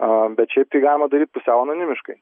a bet šiaip tai galima daryt pusiau anonimiškai